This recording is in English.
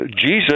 jesus